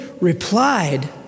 replied